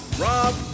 rob